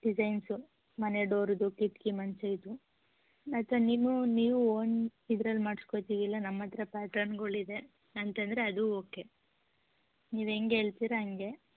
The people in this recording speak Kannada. ಡಿಸೈನ್ಸು ಮನೆ ಡೋರುದು ಕಿಟಕಿ ಮಂಚ ಇದು ನೀವು ನೀವು ಒಂದು ಇದ್ರಲ್ಲಿ ಮಾಡಿಸ್ಕೋತೀವಿ ಇಲ್ಲ ನಮ್ಮ ಹತ್ರ ಪ್ಯಾಟರ್ನ್ಗಳಿದೆ ಅಂತಂದರೆ ಅದೂ ಓಕೆ ನೀವು ಹೆಂಗ್ ಹೇಳ್ತೀರ ಹಂಗೆ